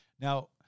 Now